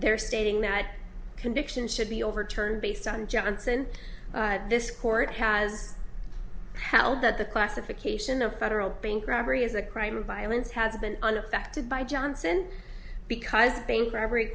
there stating that conviction should be overturned based on johnson this court has held that the classification of federal bank robbery is a crime of violence has been unaffected by johnson because bank robbery